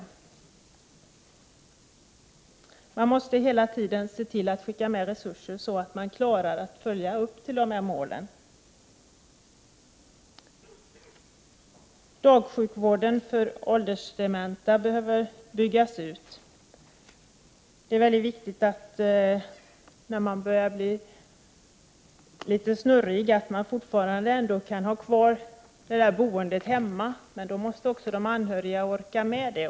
Man måste hela tiden se till att skicka med resurser så att man klarar att leva upp till målen. Dagsjukvården för åldersdementa behöver byggas ut. Det är väldigt viktigt, när man börjar bli litet snurrig, att man kan bo kvar hemma, men då måste de anhöriga orka med det.